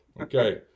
Okay